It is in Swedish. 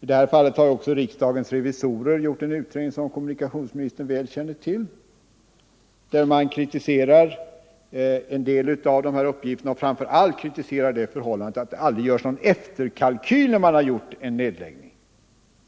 Riksdagens revisorer har också gjort en utredning, som kommunikationsministern känner väl till, där de kritiserar en del av uppgifterna och framför allt det förhållandet att det aldrig görs någon efterkalkyl när man har gjort en nedläggning.